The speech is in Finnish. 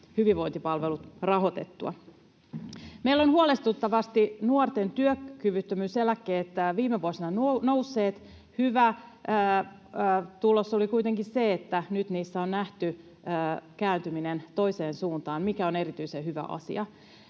hyvinvointipalvelumme rahoitettua. Meillä ovat huolestuttavasti nuorten työkyvyttömyyseläkkeet viime vuosina nousseet. Hyvä tulos oli kuitenkin se, että nyt niissä on nähty kääntyminen toiseen suuntaan, mikä on erityisen hyvä asia.